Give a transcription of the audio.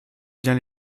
bien